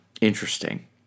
Interesting